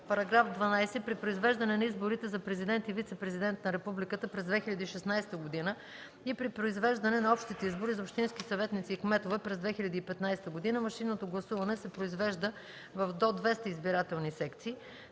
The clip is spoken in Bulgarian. § 12: „§ 12. При произвеждане на изборите за президент и вицепрезидент на републиката през 2016 г. и при произвеждане на общите избори за общински съветници и кметове през 2015 г. машинното гласуване се произвежда в до 200 избирателни секции.